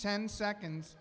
ten seconds